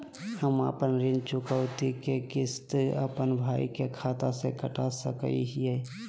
हम अपन ऋण चुकौती के किस्त, अपन भाई के खाता से कटा सकई हियई?